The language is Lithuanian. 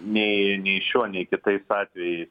nei nei šio nei kitais atvejais